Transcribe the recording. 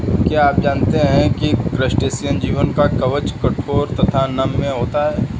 क्या आप जानते है क्रस्टेशियन जीवों का कवच कठोर तथा नम्य होता है?